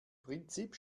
prinzip